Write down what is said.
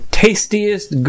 tastiest